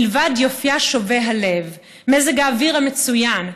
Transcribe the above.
מלבד יופייה שובה הלב ומזג האוויר המצוין,